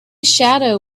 shadow